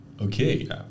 Okay